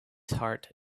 heart